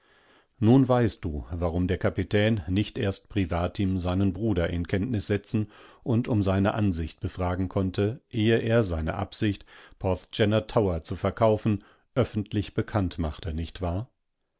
zwischendenbeidenbrüdernhatbisaufdiegegenwärtigezeitfortgedauert nunweißt du warum der kapitän nicht erst privatim seinen bruder in kenntnis setzen und um seine ansicht befragen konnte ehe er seine absicht porthgenna tower zu verkaufen öffentlichbekanntmachte nichtwahr